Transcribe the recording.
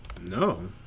No